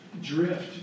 drift